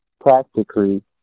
practically